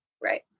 Right